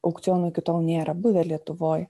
aukcionų iki tol nėra buvę lietuvoj